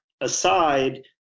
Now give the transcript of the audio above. aside